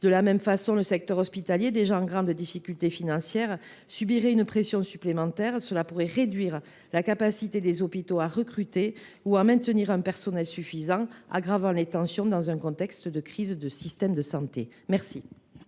De la même façon, le secteur hospitalier, déjà en grande difficulté financière, subirait une pression supplémentaire. Cette situation pourrait réduire la capacité des hôpitaux à recruter ou à maintenir un personnel suffisant, aggravant les tensions dans un contexte de crise du système de santé. La